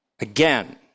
again